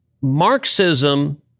Marxism